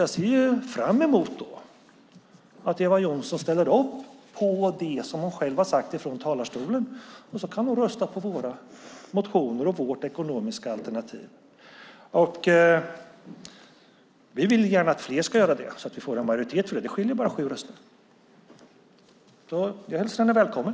Jag ser fram emot att Eva Johnsson ställer upp på det som hon själv har sagt i talarstolen och röstar på våra motioner och vårt ekonomiska alternativ. Vi vill gärna att fler ska göra det, så att vi får majoritet för det. Det skiljer bara sju röster. Jag hälsar henne välkommen!